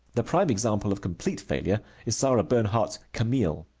the prime example of complete failure is sarah bernhardt's camille.